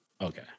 Okay